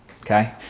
okay